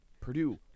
Purdue